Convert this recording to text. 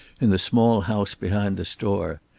in the small house behind the store.